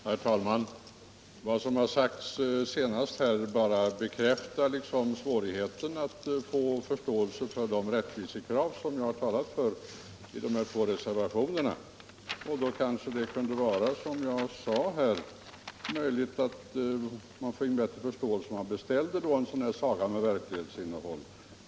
Herr talman! Vad som sagts här senast bekräftar bara vad jag sade om svårigheten att finna förståelse för de rättvisekrav som jag har talat för och som framförs i reservationerna 2 och 4. Det är kanske som jag sade att man finge bättre förståelse om man beställde en saga med det verklighetsinnehåll jag skisserat.